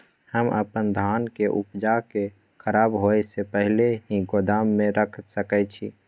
हम अपन धान के उपजा के खराब होय से पहिले ही गोदाम में रख सके छी?